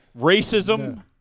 racism